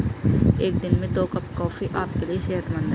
एक दिन में दो कप कॉफी आपके लिए सेहतमंद है